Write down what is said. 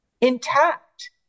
intact